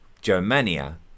Germania